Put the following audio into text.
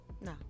No